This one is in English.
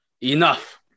Enough